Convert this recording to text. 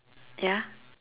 ya